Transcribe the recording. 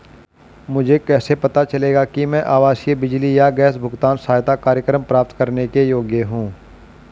मुझे कैसे पता चलेगा कि मैं आवासीय बिजली या गैस भुगतान सहायता कार्यक्रम प्राप्त करने के योग्य हूँ?